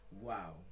Wow